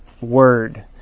word